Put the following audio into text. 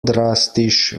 drastisch